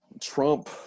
trump